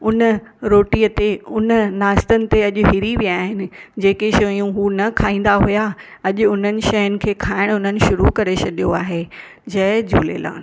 उन रोटीअ ते उन नाश्तनि ते अॼु हिरी विया आहिनि जेके शयूं उहे न खाईंदा हुआ अॼु उन्हनि शयुनि खे खाइण उन शुरू करे छॾियो आहे जय झूलेलाल